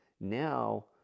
now